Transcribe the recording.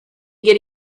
get